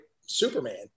Superman